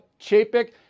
Chapik